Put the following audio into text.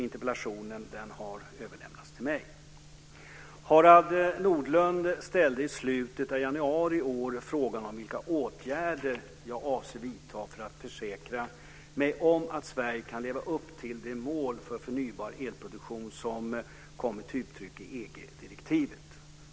Interpellationen har överlämnats till mig. Harald Nordlund ställde i slutet av januari i år frågan om vilka åtgärder jag avser att vidta för att försäkra mig om att Sverige kan leva upp till de mål för förnybar elproduktion som kommer till uttryck i EG direktivet 2001 EG.